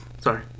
Sorry